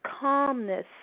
calmness